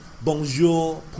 bonjour